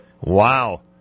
Wow